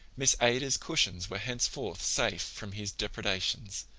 miss ada's cushions were henceforth safe from his depredations,